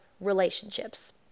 relationships